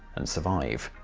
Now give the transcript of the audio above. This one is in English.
and survive.